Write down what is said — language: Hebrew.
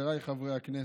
חבריי חברי הכנסת,